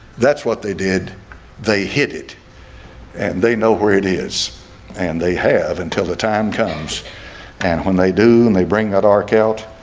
that's what they did they hit it and they know where it is and they have until the time comes and when they do and they bring that ark out,